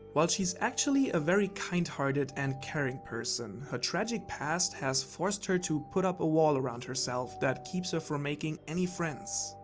while she is actually a very kind hearted and caring person, her tragic past has forced her to put up a wall around herself that keeps her from making any friends.